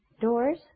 doors